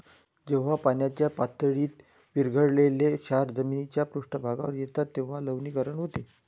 जेव्हा पाण्याच्या पातळीत विरघळलेले क्षार जमिनीच्या पृष्ठभागावर येतात तेव्हा लवणीकरण होते